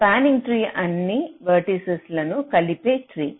spanning tree అన్ని vertices లను కలిపే ట్రీ